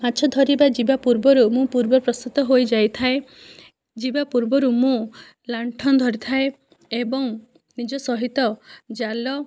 ମାଛ ଧରିବା ଯିବା ପୂର୍ବରୁ ମୁଁ ପୂର୍ବ ପ୍ରସ୍ତୁତ ହୋଇଯାଇଥାଏ ଯିବା ପୂର୍ବରୁ ମୁଁ ଲଣ୍ଠନ ଧରିଥାଏ ଏବଂ ନିଜ ସହିତ ଜାଲ